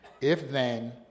If-then